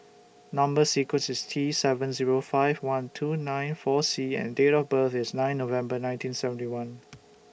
Number sequence IS T seven Zero five one two nine four C and Date of birth IS nine November nineteen seventy one